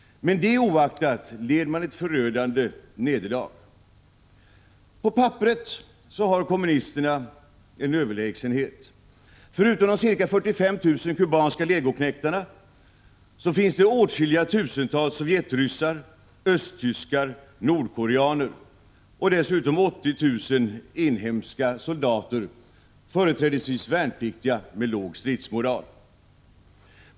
Men det oaktat led man ett förödande nederlag. På papperet har kommunisterna överlägsenhet. Förutom de ca 45 000 kubanska legoknektarna finns det åtskilliga tusental sovjetryssar, östtyskar och nordkoreaner, och dessutom 80 000 inhemska soldater, företrädesvis värnpliktiga med låg stridsmoral.